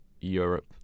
Europe